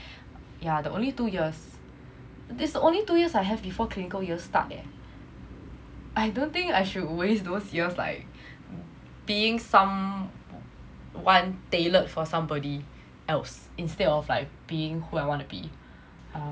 yeah the only two years this the only two years I have before clinical years start eh there I don't think I should waste those years like being someone tailored for somebody else instead of like being who I wanna be